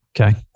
Okay